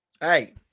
Hey